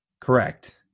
Correct